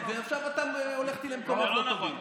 עכשיו אתה הולך איתי למקומות לא טובים.